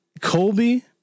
Colby